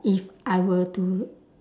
if I were to